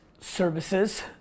services